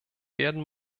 werden